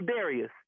Darius